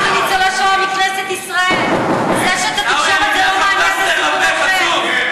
זאת רק הפעם הראשונה?